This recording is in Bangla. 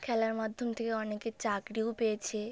খেলার মাধ্যম থেকে অনেকে চাকরিও পেয়েছে